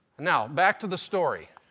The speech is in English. now back to the story.